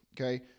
okay